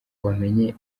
wamenye